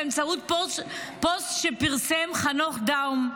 באמצעות פוסט שפרסם חנוך דאום.